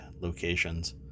locations